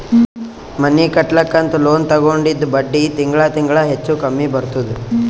ಮನಿ ಕಟ್ಲಕ್ ಅಂತ್ ಲೋನ್ ತಗೊಂಡಿದ್ದ ಬಡ್ಡಿ ತಿಂಗಳಾ ತಿಂಗಳಾ ಹೆಚ್ಚು ಕಮ್ಮಿ ಬರ್ತುದ್